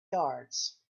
yards